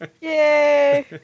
Yay